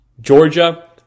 Georgia